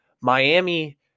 Miami